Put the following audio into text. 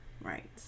right